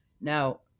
Now